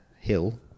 hill